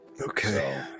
Okay